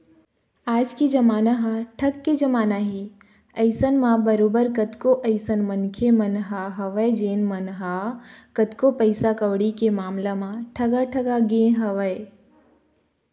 आज के जमाना ह ठग के जमाना हे अइसन म बरोबर कतको अइसन मनखे मन ह हवय जेन मन ह कतको पइसा कउड़ी के मामला म ठगा ठगा गे हवँय